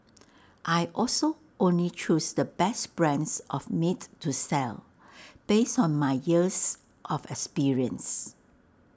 I also only choose the best brands of meat to sell based on my years of experience